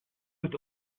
with